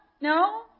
No